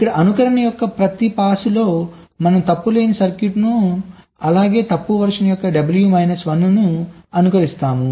ఇక్కడ అనుకరణ యొక్క ప్రతి పాస్లో మనం తప్పు లేని సర్క్యూట్లను అలాగే తప్పు వెర్షన్ యొక్క W మైనస్ 1 ను అనుకరిస్తాము